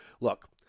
look